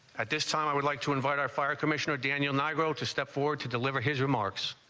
at this time, i would like to invite our fire. commissioner daniel nigro, to step forward to deliver his remarks